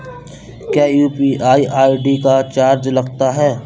क्या UPI ID का charge लगता है?